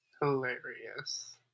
Hilarious